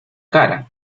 cara